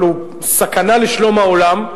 אבל הוא סכנה לשלום העולם.